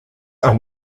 are